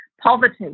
Poverty